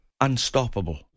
Unstoppable